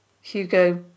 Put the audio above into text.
Hugo